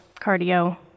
cardio